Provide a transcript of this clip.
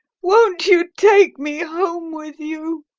won't you take me home with you?